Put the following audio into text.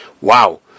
Wow